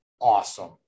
awesome